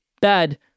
Bad